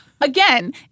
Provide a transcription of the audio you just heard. Again